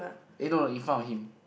eh no no in front of him